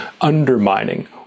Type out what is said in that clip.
undermining